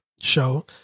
show